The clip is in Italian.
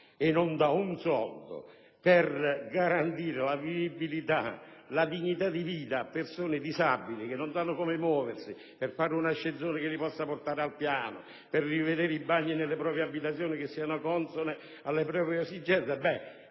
alcuna risorsa per garantire la vivibilità, la dignità di vita a persone disabili che non sanno come muoversi, per fare un ascensore che le possa portare al piano, per rivedere i bagni delle abitazioni affinché siano consoni alle loro esigenze.